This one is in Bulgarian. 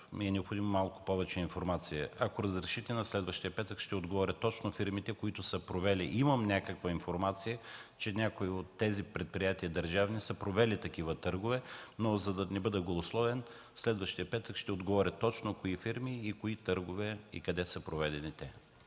необходимо ми е малко повече информация. Ако разрешите, в следващия петък ще отговоря точно за фирмите, които са провели такива търгове. Имам някаква информация, че някои от тези държавни предприятия са провели търгове, но за да не бъда голословен, следващия петък ще отговоря точно кои фирми, какви търгове и къде са проведени.